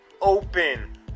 open